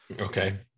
Okay